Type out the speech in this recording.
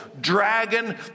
dragon